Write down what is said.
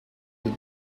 you